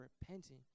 repenting